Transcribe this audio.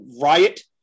Riot